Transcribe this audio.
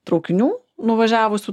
traukinių nuvažiavusių